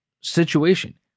situation